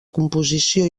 composició